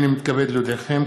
הינני מתכבד להודיעכם,